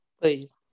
Please